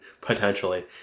potentially